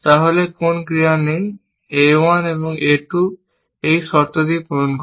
তাই কোন ক্রিয়া নেই a 1 এবং a 2 এই শর্তটি পূরণ করে